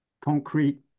concrete